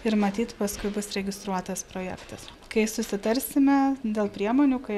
ir matyt paskui bus registruotas projektas kai susitarsime dėl priemonių kai